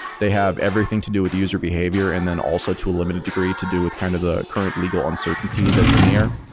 they have everything to do with user behavior and then also to a limited degree to do with kind of the current legal uncertainty that's in the air.